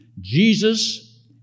Jesus